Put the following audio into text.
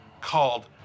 called